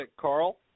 Carl